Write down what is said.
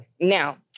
Now